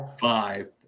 Five